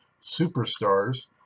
Superstars